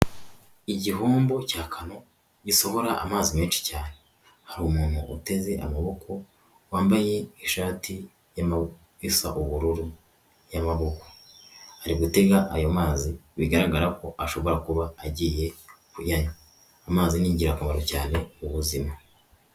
Igihombo cya kano gisohora amazi menshi cyane, hari umuntu uteze amaboko wambaye ishati isa ubururu y'amaboko ari gutega ayo mazi, bigaragara ko ashobora kuba agiye kuyanywa. Amazi ni ingirakamaro cyane mu buzima.